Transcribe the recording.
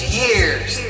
years